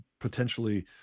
potentially